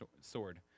sword